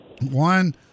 One